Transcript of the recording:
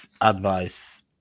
advice